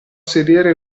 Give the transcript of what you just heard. sedere